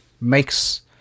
makes